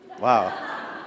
wow